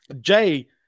Jay